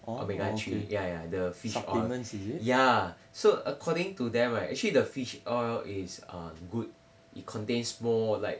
omega three ya ya the fish oil ya so according to them right actually the fish oil is err good it contains more like